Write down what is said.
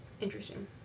Interesting